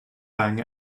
bang